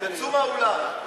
תצאו מהאולם.